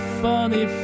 funny